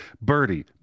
birdie